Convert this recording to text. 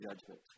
judgment